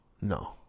No